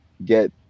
get